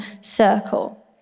circle